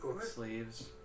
sleeves